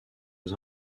aux